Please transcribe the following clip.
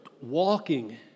walking